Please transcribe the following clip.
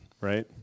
Right